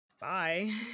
bye